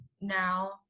now